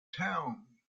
town